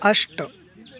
अष्ट